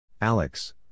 Alex